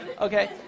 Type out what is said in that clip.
okay